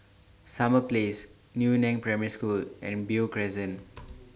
Summer Place Yu Neng Primary School and Beo Crescent